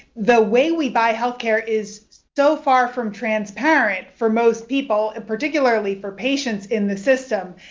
the way we buy health care is so far from transparent for most people, and particularly for patients in the system.